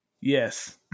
Yes